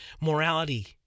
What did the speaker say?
morality